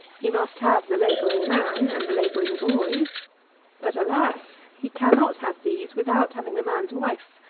he must have the labouring man and the labouring boy but, alas! he cannot have these, without having the man's wife,